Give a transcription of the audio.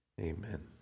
Amen